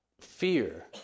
fear